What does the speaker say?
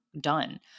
done